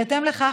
בהתאם לכך,